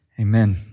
Amen